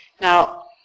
Now